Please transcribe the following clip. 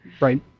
Right